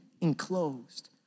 enclosed